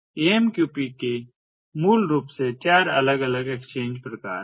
AMQP के मूल रूप से चार अलग अलग एक्सचेंज प्रकार हैं